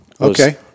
Okay